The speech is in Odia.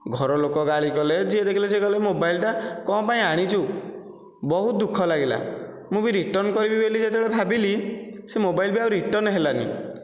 ଘର ଲୋକ ଗାଳି କଲେ ଯିଏ ଦେଖିଲେ ସେ କହିଲେ ମୋବାଇଲଟା କଣ ପାଇଁ ଆଣିଛୁ ବହୁତ ଦୁଃଖ ଲାଗିଲା ମୁଁ ବି ରିଟର୍ଣ୍ଣ କରିବି ବୋଲି ଯେତେବେଳ ଭାବିଲି ସେ ମୋବାଇଲ ବି ଆଉ ରିଟର୍ଣ୍ଣ ହେଲାନି